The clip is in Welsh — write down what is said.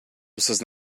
wythnos